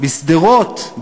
בשדרות,